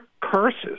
curses